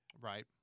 Right